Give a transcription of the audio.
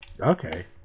Okay